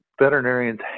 veterinarians